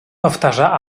powtarza